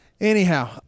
Anyhow